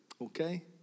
Okay